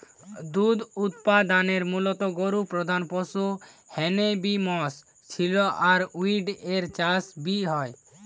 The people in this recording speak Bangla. দুধ উতপাদনে মুলত গরু প্রধান পশু হ্যানে বি মশ, ছেলি আর উট এর চাষ বি হয়